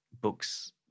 books